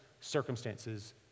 circumstances